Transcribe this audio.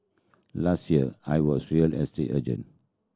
last year I was real estate agent